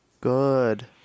Good